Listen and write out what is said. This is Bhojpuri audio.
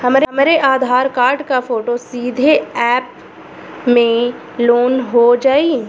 हमरे आधार कार्ड क फोटो सीधे यैप में लोनहो जाई?